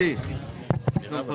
אני קורא לך לסדר פעם ראשונה,